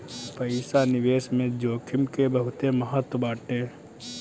पईसा निवेश में जोखिम के बहुते महत्व बाटे